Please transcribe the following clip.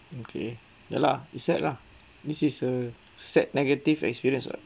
okay ya lah sad lah this is a sad negative experience what